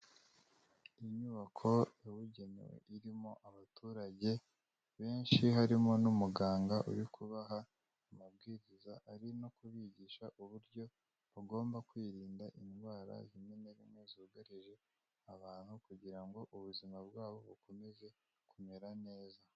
Inyubako yabugenewe irimo abaturage benshi harimo n'umuganga uri kubaha amabwiriza, ari no kubigisha uburyo bagomba kwirinda indwara zimwe na zimwe zugarije abantu kugira ngo ubuzima bw'abo bukomeze kumera neza.